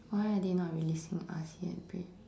why are they not releasing us yet babe